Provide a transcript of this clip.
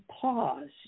pause